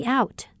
out